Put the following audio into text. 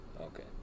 Okay